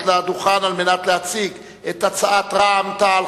לדוכן על מנת להציג את הצעת רע"ם-תע"ל,